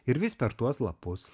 ir vis per tuos lapus